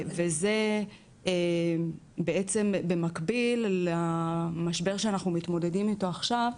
וזה בעצם במקביל למשבר שאנחנו מתמודדים איתו עכשיו,